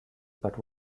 but